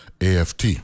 aft